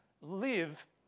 live